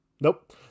nope